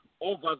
over